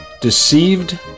Deceived